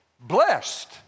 blessed